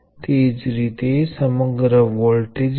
હવે આ બંને નોડ વચ્ચે શૂન્ય વોલ્ટેજ છે